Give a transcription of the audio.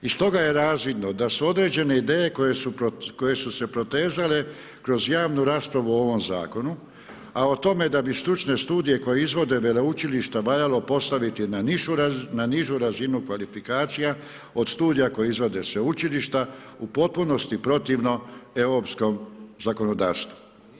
Iz toga je razvidno da su određene ideje koje su se protezale kroz javnu raspravu o ovom zakonu a o tome da bi stručne studije koji izvode veleučilišta valjalo postaviti na nižu razinu kvalifikacija od studija koja izvode sveučilišta, u potpunosti protivno europskom zakonodavstvu.